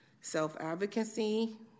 self-advocacy